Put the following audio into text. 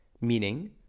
meaning